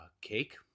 cake